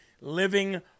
Living